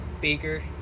Baker